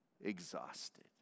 exhausted